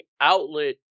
outlet